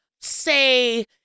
say